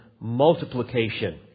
multiplication